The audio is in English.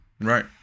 right